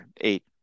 eight